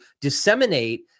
disseminate